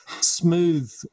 smooth